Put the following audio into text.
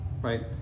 right